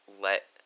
let